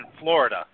Florida